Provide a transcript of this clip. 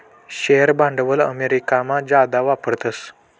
share भांडवल अमेरिकामा जादा वापरतस